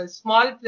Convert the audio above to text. small